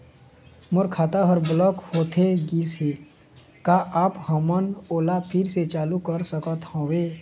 मोर खाता हर ब्लॉक होथे गिस हे, का आप हमन ओला फिर से चालू कर सकत हावे?